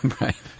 right